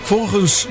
Volgens